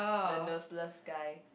the nerveless guy